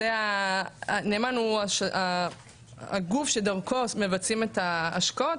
הנאמן הוא הגוף שדרכו מבצעים את ההשקעות,